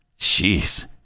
Jeez